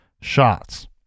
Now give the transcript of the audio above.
shots